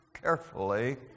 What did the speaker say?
Carefully